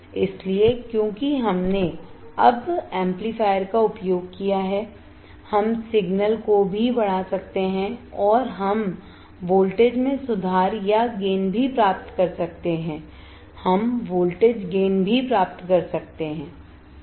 इसलिए क्योंकि हमने अब एम्पलीफायर का उपयोग किया है हम सिग्नल को भी बढ़ा सकते हैं और हम वोल्टेज में सुधार या गेन भी प्राप्त कर सकते हैं हम वोल्टेज गेन भी प्राप्त कर सकते हैं